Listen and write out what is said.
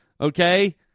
Okay